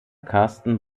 carsten